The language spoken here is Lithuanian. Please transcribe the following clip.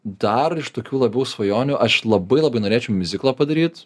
dar iš tokių labiau svajonių aš labai labai norėčiau miuziklą padaryt